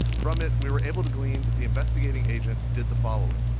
from it, we were able to glean that the investigating agent did the following